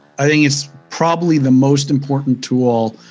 i think it's probably the most important tool,